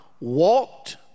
walked